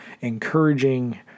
encouraging